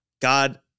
God